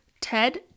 ted